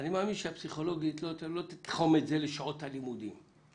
מאמין שהפסיכולוגית לא תתחום את זה לשעות הלימודים.